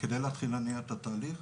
כדי להתחיל להניע את התהליך.